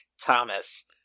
Thomas